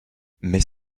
mais